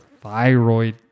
thyroid